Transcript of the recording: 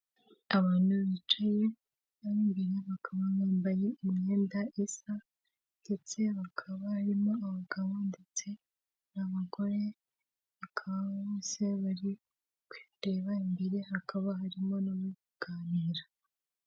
Abantu bicaye imbere bakaba bambaye imyenda isa ndetse bakaba barimo abagabo ndetse n'abagore bose bari kwireba imbere hakaba harimo n'abari kuganira.